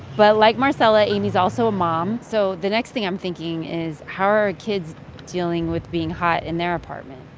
but like marcela, amy's also a mom. so the next thing i'm thinking is, how are her kids dealing with being hot in their apartment?